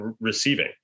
receiving